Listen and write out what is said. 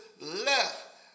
left